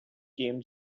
came